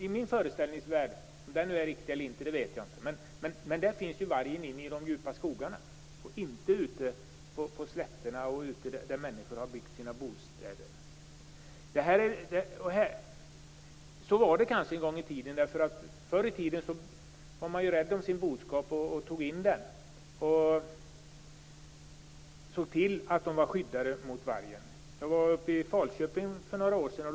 I min föreställningsvärld - jag vet inte om den är riktig eller inte - finns vargen i de djupa skogarna och inte ute på slätterna och där människor har byggt sina bostäder. Så var det kanske en gång i tiden. Förr i tiden var man ju rädd om sin boskap och tog in den. Man såg till att den var skyddad mot vargen. Jag var uppe i Falköping för några år sedan.